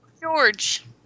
George